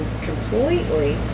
completely